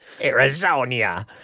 Arizona